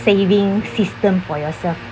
saving system for yourself